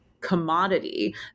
commodity